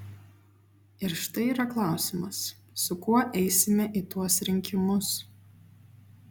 ir štai yra klausimas su kuo eisime į tuos rinkimus